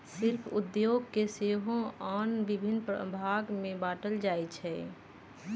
शिल्प उद्योग के सेहो आन भिन्न भाग में बाट्ल जाइ छइ